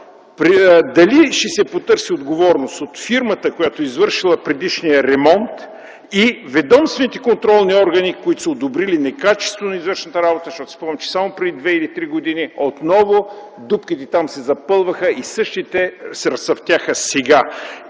дали ще се потърси отговорност от фирмата, която е извършила предишния ремонт, и ведомствените контролни органи, които са одобрили некачествено извършената работа? Страхувам се, че само преди две или три години отново дупките там се запълваха и същите се разцъфтяха сега.